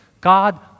God